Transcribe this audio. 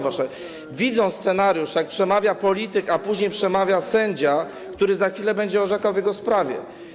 Widzą scenariusz: przemawia polityk, a później przemawia sędzia, który za chwilę będzie orzekał w jego sprawie.